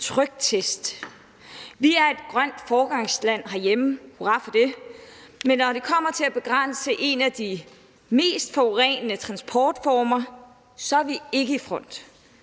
tryktest. Vi er et grønt foregangsland herhjemme – og hurra for det – men når det kommer til at begrænse en af de mest forurenende transportformer, er vi ikke i front.